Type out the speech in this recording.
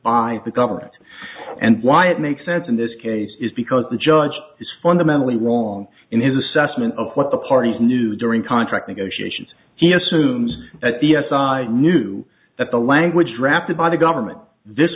by the government and why it makes sense in this case is because the judge is fundamentally wrong in his assessment of what the parties knew during contract negotiations he assumes that the sri knew that the language drafted by the government this